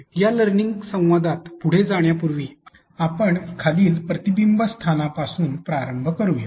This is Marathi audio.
आणि परंतु या लर्निंग संवादापुढे जाण्यापूर्वी आपण खालील प्रतिबिंबित स्थाना पासून प्रारंभ करूया